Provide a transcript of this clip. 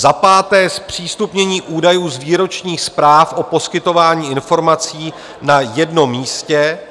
Za páté zpřístupnění údajů z výročních zpráv o poskytování informací na jednom místě.